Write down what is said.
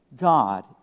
God